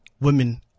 Women